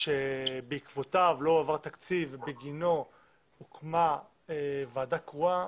שבעקבותיו לא עבר תקציב ובגינו הוקמה ועדה קרואה,